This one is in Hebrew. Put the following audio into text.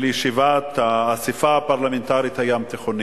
ישיבת האספה הפרלמנטרית הים-תיכונית,